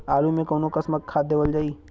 आलू मे कऊन कसमक खाद देवल जाई?